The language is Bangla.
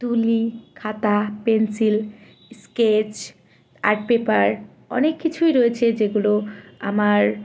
তুলি খাতা পেনসিল স্কেচ আর্ট পেপার অনেক কিছুই রয়েছে যেগুলো আমার